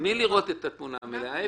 מי יראה את התמונה המלאה?